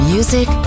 Music